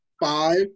five